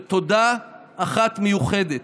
תודה אחת מיוחדת,